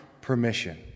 permission